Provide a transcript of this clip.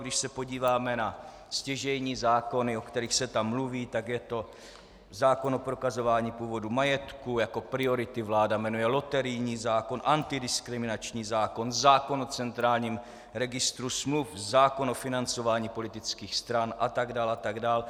Když se podíváme na stěžejní zákony, o kterých se tam mluví, tak je to zákon o prokazování původu majetku, jako priority vláda jmenuje loterijní zákon, antidiskriminační zákon, zákon o centrálním registru smluv, zákon o financování politických stran a tak dál a tak dál.